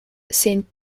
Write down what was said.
sind